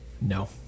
No